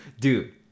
dude